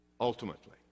ultimately